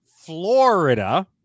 Florida